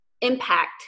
impact